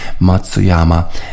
Matsuyama